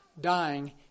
Dying